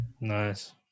nice